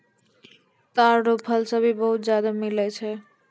ताड़ रो फल से भी बहुत ज्यादा मिलै छै